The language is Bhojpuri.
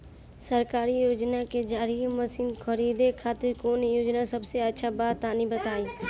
सरकारी योजना के जरिए मशीन खरीदे खातिर कौन योजना सबसे अच्छा बा तनि बताई?